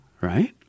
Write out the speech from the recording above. right